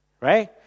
right